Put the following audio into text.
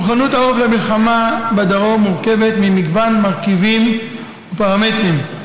מוכנות העורף למלחמה בדרום מורכבת ממגוון מרכיבים ופרמטרים,